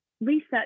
research